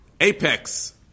apex